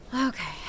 Okay